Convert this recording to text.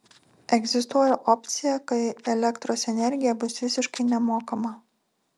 egzistuoja opcija kai elektros energija bus visiškai nemokama